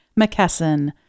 McKesson